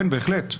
בהחלט.